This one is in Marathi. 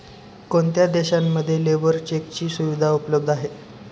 कोणत्या देशांमध्ये लेबर चेकची सुविधा उपलब्ध आहे?